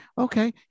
okay